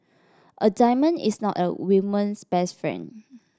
a diamond is not a woman's best friend